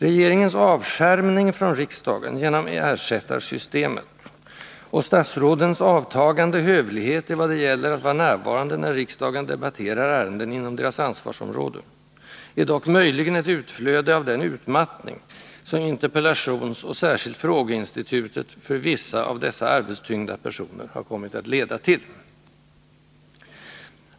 Regeringens avskärmning från riksdagen genom ersättarsystemet, och statsrådens avtagande hövlighet evad det gäller att vara närvarande när riksdagen debatterar ärenden inom deras ansvarsområde, är dock möjligen ett utflöde av den utmattning som interpellationsoch särskilt frågeinstitutet för vissa av dessa arbetstyngda personer har kommit att leda till.